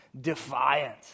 defiant